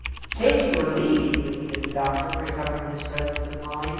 take you or leave you? repeated the doctor, recovering his presence of mind.